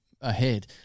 ahead